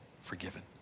forgiven